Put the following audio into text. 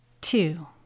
Two